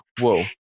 whoa